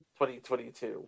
2022